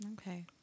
Okay